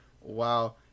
wow